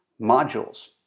modules